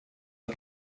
att